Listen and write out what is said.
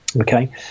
Okay